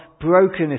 brokenness